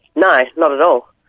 no, not at all.